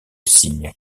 signe